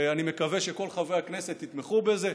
ואני מקווה שכל חברי הכנסת יתמכו בזה,